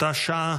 אותה שעה